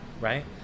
right